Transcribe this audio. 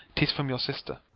tis from your sister.